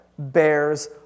Bears